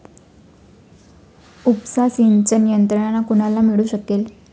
उपसा सिंचन यंत्रणा कोणाला मिळू शकेल?